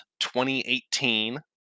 2018